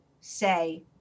say